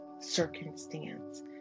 circumstance